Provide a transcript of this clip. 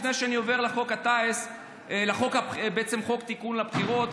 לפני שאני עובר לחוק הטיס ולחוק תיקון לבחירות,